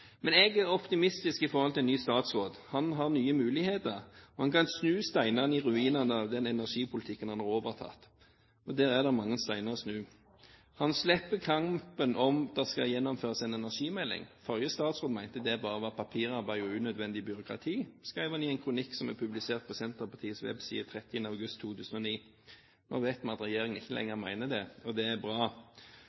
Men jeg er optimistisk i forhold til en ny statsråd. Han har nye muligheter. Han kan snu steinene i ruinene av den energipolitikken han har overtatt – og der er det mange steiner å snu. Han slipper kampen om det skal gjennomføres en energimelding. Den forrige statsråden mente det bare var papirarbeid og unødvendig byråkrati, som han skrev i en kronikk som ble publisert på Senterpartiets webside 31. august 2009. Nå vet vi at regjeringen ikke